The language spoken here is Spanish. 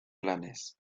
planes